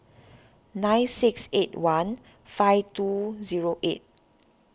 nine six eight one five two zero eight